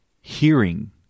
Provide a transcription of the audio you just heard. hearing